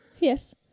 yes